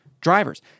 drivers